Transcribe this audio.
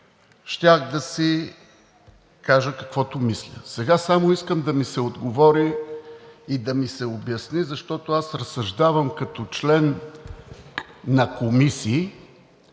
щях да си кажа каквото мисля. Сега само искам да ми се отговори и да ми се обясни, защото аз разсъждавам като член на комисии.